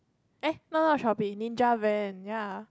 eh not not Shopee Ninja Van ya